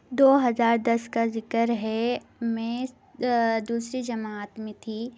دو ہزار دس کا ذکر ہے میں دوسری جماعت میں تھی